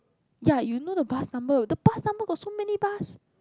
ya you know the bus number the bus number got so many bus